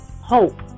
Hope